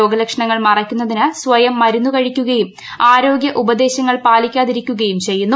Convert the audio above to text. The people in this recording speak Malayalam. രോഗലക്ഷണങ്ങൾ മറയ്ക്കുന്നതിന് സ്വയം മരുന്ന് കഴിക്കുകയും ആരോഗ്യ ഉപദേശങ്ങൾ പാലിക്കാതിരിക്കുകയും ചെയ്യുന്നു